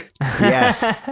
Yes